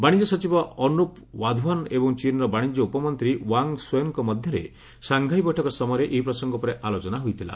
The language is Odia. ବାଶିଜ୍ୟ ସଚିବ ଅନୂପ୍ ୱାଧ୍ୱାନ୍ ଏବଂ ଚୀନ୍ର ବାଣିଜ୍ୟ ଉପମନ୍ତ୍ରୀ ୱାଙ୍ଗ୍ ଶୋଓ୍ବେନ୍ଙ୍କ ମଧ୍ୟରେ ସାଙ୍ଘାଇ ବୈଠକ ସମୟରେ ଏହି ପ୍ରସଙ୍ଗ ଉପରେ ଆଲୋଚନା ହୋଇଥିଲା